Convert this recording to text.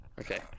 Okay